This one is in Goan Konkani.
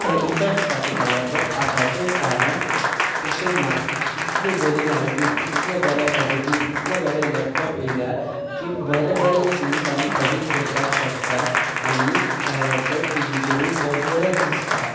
इफेक्ट्स दाखयताले बट आताच्या काळान तशें ना इतले बरें लायटींग इतले बरे एडिटींग इतले बरें लॅपटॉप येयल्या की बरे बरे सिन्स आमी एडिट करपाक शकता आनी ते टिवीचेरूय बरेच दिसता